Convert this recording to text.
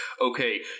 okay